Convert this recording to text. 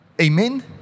Amen